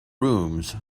rooms